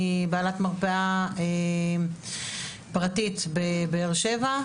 אני בעלת מרפאה פרטית בבאר שבע,